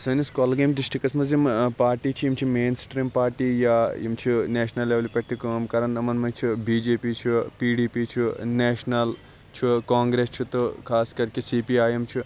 سٲنِس کۄگٲمۍ ڈِسٹرکَس مَنٛز یِم پاٹی چھِ یِم چھِ مین سٹریٖم پاٹی یِم چھِ نیشنَل لیولہِ پیٹھ تہِ کٲم کَران یِمَن مَنٛز چھِ بی جے پی چھُ پی ڈی پی چھُ نیشنَل چھُ کانٛگریٚس چھُ تہٕ خاص کر کہِ سی پی آے ایٚم چھُ